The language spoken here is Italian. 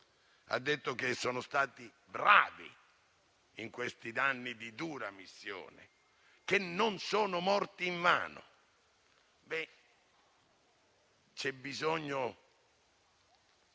soldati, che sono stati bravi in questi anni di dura missione e che non sono morti invano), c'è bisogno